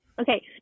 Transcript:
Okay